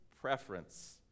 preference